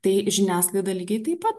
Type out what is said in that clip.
tai žiniasklaida lygiai taip pat